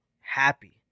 Happy